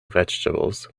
vegetables